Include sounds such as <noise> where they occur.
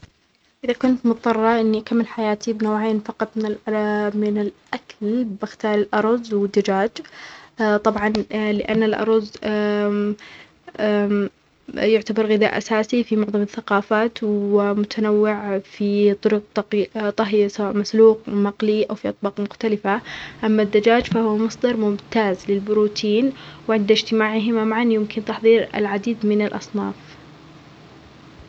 إذا كنت مظطرة إنى أكمل حياتي بنوعين فقط من ال <hesitation> من الأكل أختار الأرز والدجاج، طبعا لأن الأرز <hesitation> يعتبر غذاء أساسى في معظم الثقافات ومتنوع في طرق طق-طهيه سواء مسلوق مقلى أو في أطباق مختلفة، أما الدجاج فهو مصدر ممتاز للبروتين وعند إجتماعهما معا يمكن تحضير العديد من الأصناف.